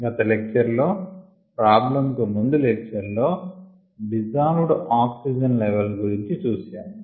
గత లెక్చర్ లో ప్రాబ్లమ్ కు ముందు లెక్చర్ లో డిజాల్వ్డ్ ఆకిజన్ లెవల్ గురించి చూసాము